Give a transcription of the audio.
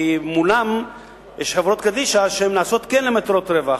כי מולן יש חברות קדישא שהן כן למטרות רווח,